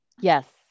Yes